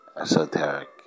esoteric